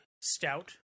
stout